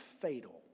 fatal